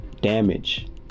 damage